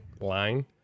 line